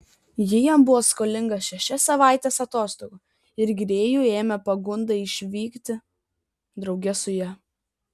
ji jam buvo skolinga šešias savaites atostogų ir grėjų ėmė pagunda išvykti drauge su ja